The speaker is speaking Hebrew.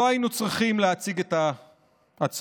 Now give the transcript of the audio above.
לא היינו צריכים להציג את ההצעה.